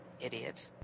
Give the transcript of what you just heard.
Idiot